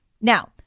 Now